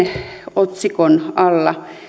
otsikon alla